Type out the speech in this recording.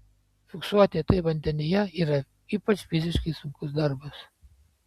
fiksuoti tai vandenyje yra ypač fiziškai sunkus darbas